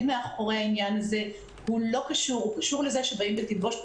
מאחורי העניין הזה אמנם קשור לזה שבאים בתלבושת